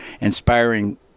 inspiring